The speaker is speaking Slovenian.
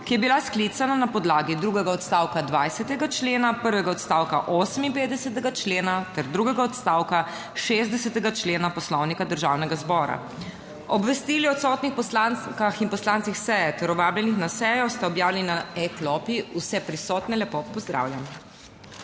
ki je bila sklicana na podlagi drugega odstavka 20. člena, prvega odstavka 58. člena ter drugega odstavka 60. člena Poslovnika Državnega zbora. Obvestil o odsotnih poslankah in poslancih seje ter vabljenih na sejo sta objavljena na e-klopi. Vse prisotne lepo pozdravljam.